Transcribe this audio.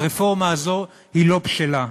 הרפורמה הזאת היא לא בשלה.